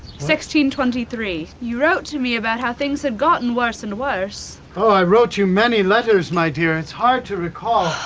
twenty three. you wrote to me about how things had gotten worse and worse. oh, i wrote you many letters, my dear, it's hard to recall.